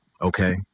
okay